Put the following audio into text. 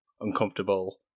uncomfortable